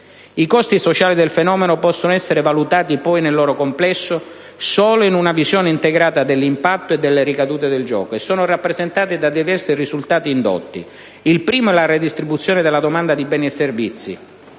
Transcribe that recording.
I costi sociali del fenomeno possono essere valutati nel loro complesso solo in una visione integrata dell'impatto e delle ricadute del gioco, e sono rappresentati da diversi risultati indotti: il primo è la redistribuzione della domanda di beni e servizi;